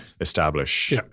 establish